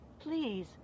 Please